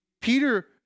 Peter